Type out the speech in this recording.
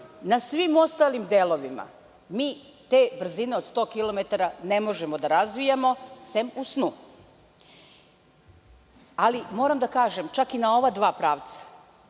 na svim ostalim delovima mi te brzine od 100 kilometara ne možemo da razvijamo, sem u snu. Moram da kažem, čak i na ova dva pravca